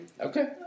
Okay